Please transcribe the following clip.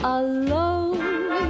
alone